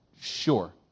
Sure